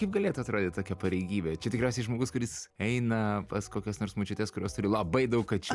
kaip galėtų atrodyt tokia pareigybė čia tikriausiai žmogus kuris eina pas kokias nors močiutes kurios turi labai daug kačių